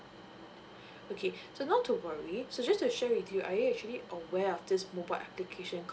okay so not to worry so just to share with you are you actually aware of this mobile application called